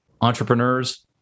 entrepreneurs